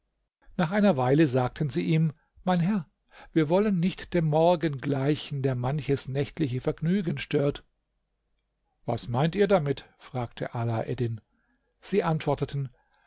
nach einer weile sagten sie ihm mein herr wir wollen nicht dem morgen gleichen der manches nächtliche vergnügen stört was meint ihr damit fragte ala eddin sie antworteten